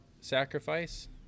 sacrifice